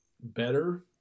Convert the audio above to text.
better